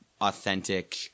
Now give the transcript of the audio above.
authentic –